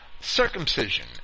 circumcision